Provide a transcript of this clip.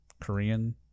Korean